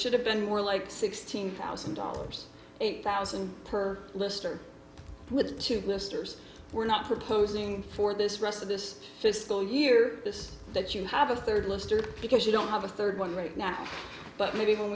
should have been more like sixteen thousand dollars eight thousand per lister with two ministers were not proposing for this rest of this fiscal year this that you have a third lister because you don't have a third one right now but maybe when